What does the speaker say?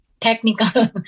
technical